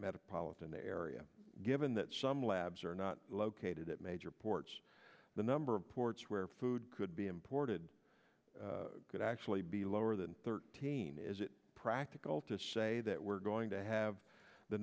metropolitan area given that some labs are not located at major ports the number of ports where food could be imported could actually be lower than thirteen is it practical to say that we're going to have the